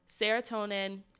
serotonin